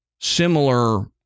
similar